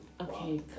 Okay